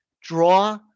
draw